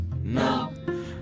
no